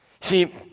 See